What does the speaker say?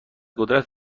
قدرت